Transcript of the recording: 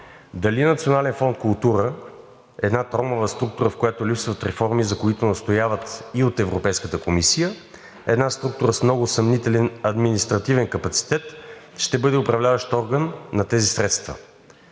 Дали Национален фонд „Култура“ – една тромава структура, в която липсват реформи, за които настояват и от Европейската комисия, една структура с много съмнителен административен капацитет, ще бъде управляващ орган на тези средства?